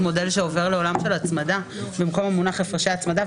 מודל שעובר לעולם של הצמדה במקום המונח הפרשי הצמדה,